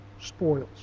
spoils